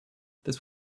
this